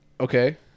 Okay